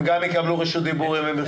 הם גם יקבלו רשות דיבור, אם הם ירצו.